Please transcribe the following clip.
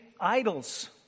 idols